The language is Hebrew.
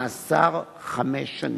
מאסר חמש שנים".